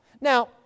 Now